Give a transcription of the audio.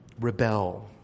rebel